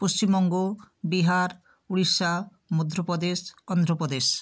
Paschimbanga Bihar Odisha Madhya Pradesh Andhra Pradesh